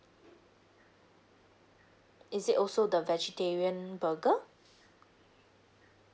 is it also the vegetarian burger